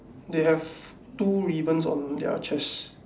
they have two ribbons on their chest